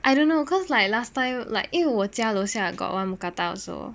I don't know cause like last time like 因为我家楼下 got one mookata also